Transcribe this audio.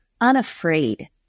unafraid